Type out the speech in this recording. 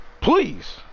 please